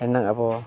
ᱤᱱᱟᱹ ᱟᱵᱚ